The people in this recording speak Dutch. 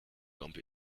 kamp